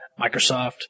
Microsoft